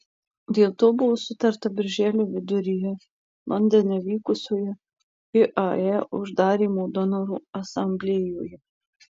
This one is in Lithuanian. dėl to buvo sutarta birželio viduryje londone vykusioje iae uždarymo donorų asamblėjoje